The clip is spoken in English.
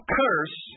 curse